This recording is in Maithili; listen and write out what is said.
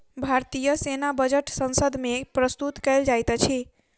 भारतीय सेना बजट संसद मे प्रस्तुत कयल जाइत अछि